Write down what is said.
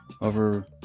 over